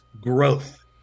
growth